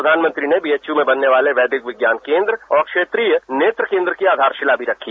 प्रधानमंत्री ने बीएचयू में बनने वाले वैदिक विज्ञान केन्द्र और क्षेत्रीय नेत्र केन्द्र की आधारशिला भी रखी